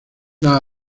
las